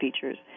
features